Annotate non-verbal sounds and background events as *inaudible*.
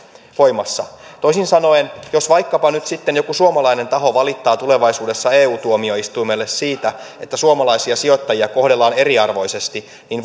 voimassa toisin sanoen jos vaikkapa nyt sitten joku suomalainen taho valittaa tulevaisuudessa eu tuomioistuimelle siitä että suomalaisia sijoittajia kohdellaan eriarvoisesti niin *unintelligible*